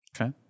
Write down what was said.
Okay